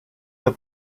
the